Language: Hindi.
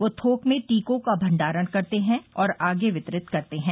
वे थोक में टीकों का भंडारण करते हैं और आगे वितरित करते हैं